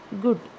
Good